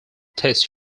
test